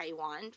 Taiwan